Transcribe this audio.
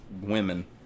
women